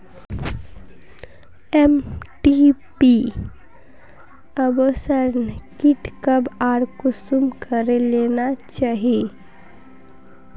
MTP abortion kit कब आर कुंसम करे लेना चही?